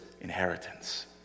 inheritance